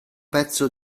pezzo